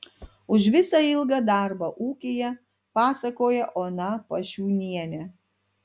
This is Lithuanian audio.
už visą ilgą darbą ūkyje pasakoja ona pašiūnienė